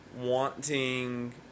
wanting